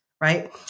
Right